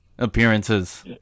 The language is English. appearances